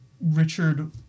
Richard